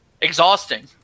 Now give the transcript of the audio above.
exhausting